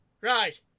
Right